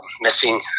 missing